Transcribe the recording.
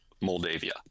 Moldavia